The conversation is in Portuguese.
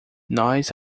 nós